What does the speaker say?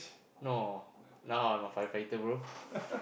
no now I'm a firefighter bro